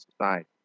society